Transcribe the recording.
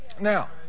Now